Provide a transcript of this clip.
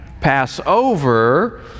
Passover